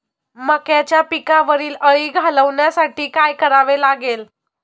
मक्याच्या पिकावरील अळी घालवण्यासाठी काय करावे लागेल?